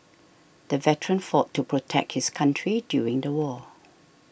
the veteran fought to protect his country during the war